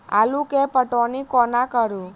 आलु केँ पटौनी कोना कड़ी?